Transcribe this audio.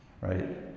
right